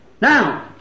Now